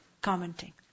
Commenting